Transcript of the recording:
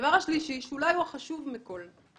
נקודה שלישית, שאולי היא החשובה מכול.